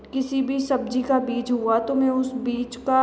किसी भी सब्ज़ी का बीज हुआ तो मैं उस बीज का